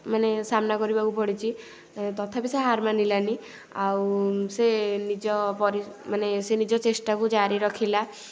ମାନେ ସାମ୍ନା କରିବାକୁ ପଡ଼ିଛି ତଥାପି ସେ ହାର୍ ମାନିଲାନି ଆଉ ସେ ନିଜ ପରି ମାନେ ସେ ନିଜ ଚେଷ୍ଟାକୁ ଜାରି ରଖିଲା